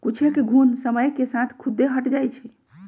कुछेक घुण समय के साथ खुद्दे हट जाई छई